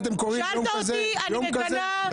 שאלת אותי ואני מגנה --- לזה את קוראת "יום כזה".